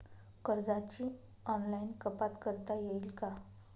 कर्जाची ऑनलाईन कपात करता येईल का?